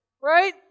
right